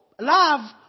Love